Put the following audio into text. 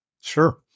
Sure